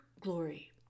glory